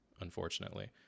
unfortunately